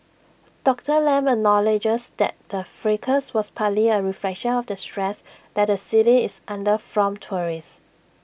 Doctor Lam acknowledges that the fracas was partly A reflection of the stress that the city is under from tourists